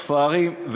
ספרים,